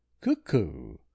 cuckoo